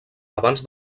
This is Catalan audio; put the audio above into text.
abans